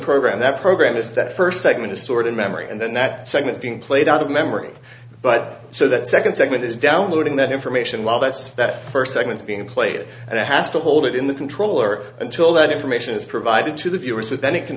program that program is that first segment a sort of memory and then that segment being played out of memory but so that second segment is downloading that information while that's that first second it's being played and it has to hold it in the controller until that information is provided to the viewer so then it can